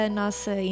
nossa